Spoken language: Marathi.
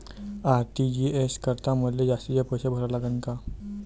आर.टी.जी.एस करतांनी मले जास्तीचे पैसे भरा लागन का?